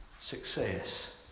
Success